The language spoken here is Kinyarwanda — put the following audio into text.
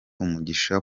umugisha